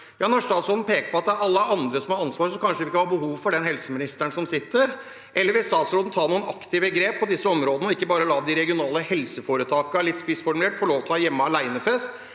Når statsråden peker på at det er alle andre som har ansvaret, har vi kanskje ikke noe behov for den helseministeren som sitter. Eller vil statsråden ta noen aktive grep på disse områdene, og ikke bare la de regionale helseforetakene – litt spissformulert – få lov til å ha hjemmealenefest